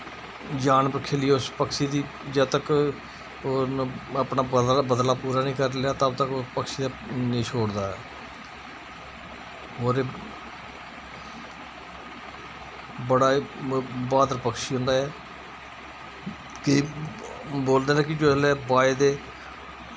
जान पर खेलियै उस पक्षी दी जद् तक अपना बदला बदला ते पूरा निं करी लै तब तक ओह् पक्षी गी निं छोड़दा होर एह् बड़ा ई ब्हादर पक्षी होंदा ऐ एह् बोलदे न कि जिसलै बाज़ दे